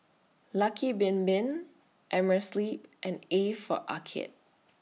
Lucky Bin Bin Amerisleep and A For Arcade